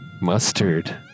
Mustard